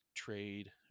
trade